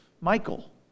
Michael